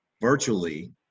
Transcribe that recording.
virtually